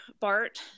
Bart